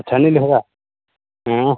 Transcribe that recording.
शैल निं लिखदा ऐ